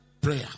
prayer